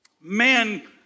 man